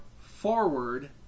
forward